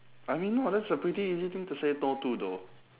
I mean no that's a pretty easy thing to say no to though